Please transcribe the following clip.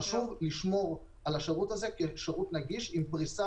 חשוב לשמור על השירות הזה כשירות נגיש עם פריסה